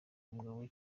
umugabo